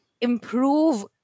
improve